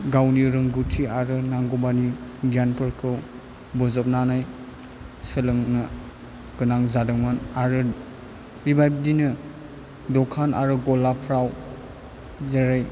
गावनि रोंगौथि आरो नांगौमानि गियानफोरखौ बोजबनानै सोलोंनो गोनां जादोंमोन आरो बेबायदिनो दखान आरो गलाफ्राव जेरै